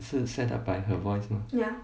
是 set up by her voice mah